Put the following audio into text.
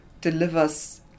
delivers